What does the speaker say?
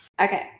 Okay